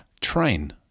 train